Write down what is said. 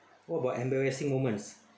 what about embarrassing moments